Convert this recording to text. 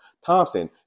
Thompson